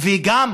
ויש גם